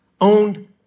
owned